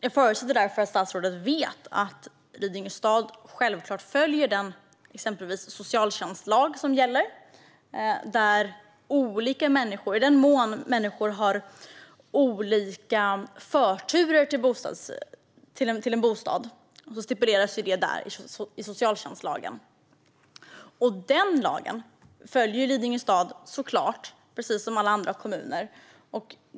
Jag förutsätter därför att statsrådet vet att Lidingö stad självfallet följer den socialtjänstlag som gäller. I den mån människor har olika förtur till bostad stipuleras detta i socialtjänstlagen. Denna lag följer Lidingö stad, såklart, precis som alla andra kommuner.